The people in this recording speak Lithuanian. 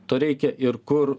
to reikia ir kur